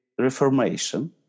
reformation